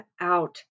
out